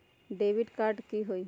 Debit card की होई?